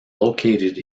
located